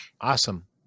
awesome